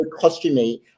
costumey